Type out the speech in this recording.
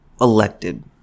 elected